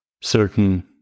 certain